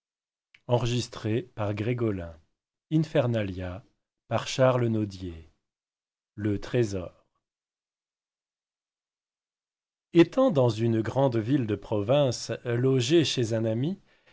le trésor étant dans une grande ville de province logé chez un ami